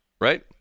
Right